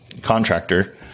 contractor